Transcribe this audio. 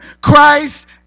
Christ